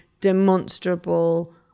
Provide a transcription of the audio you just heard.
demonstrable